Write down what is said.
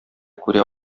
күрә